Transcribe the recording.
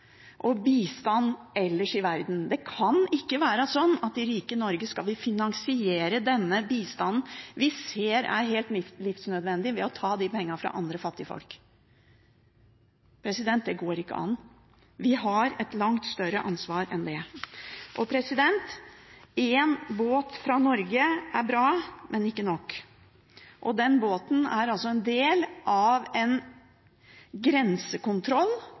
og bistand ellers i verden. Det kan ikke være sånn at vi i rike Norge skal finansiere denne bistanden vi ser er helt livsnødvendig, ved å ta de pengene fra andre fattige folk. Det går ikke an. Vi har et langt større ansvar enn det. Én båt fra Norge er bra, men ikke nok. Den båten er en del av en grensekontroll